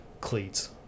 cleats